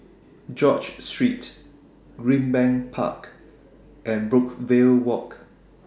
George Street Greenbank Park and Brookvale Walk